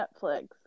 Netflix